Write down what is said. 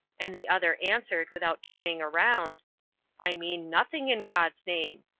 and the other answered without turning round i mean nothing in god's name.